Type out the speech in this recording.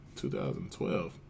2012